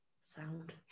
sound